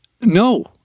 no